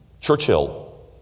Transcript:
Churchill